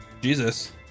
jesus